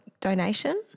donation